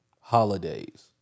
holidays